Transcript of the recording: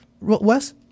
Wes